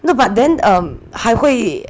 no but then um 还会